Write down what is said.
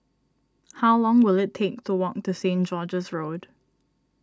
how long will it take to walk to Stain George's Road